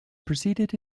proceeded